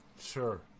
Sure